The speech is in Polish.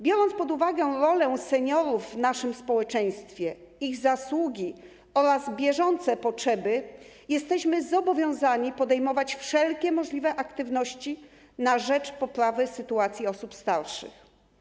Biorąc pod uwagę rolę seniorów w naszym społeczeństwie, ich zasługi oraz bieżące potrzeby, jesteśmy zobowiązani podejmować wszelkie możliwe aktywności na rzecz poprawy sytuacji osób starszych.